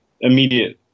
immediate